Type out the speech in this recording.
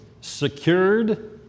secured